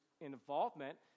involvement